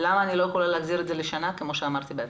למה לא נקבע שנה כפי שאמרנו בהתחלה?